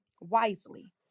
wisely